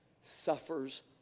suffers